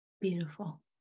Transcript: Beautiful